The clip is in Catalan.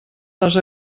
les